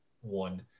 one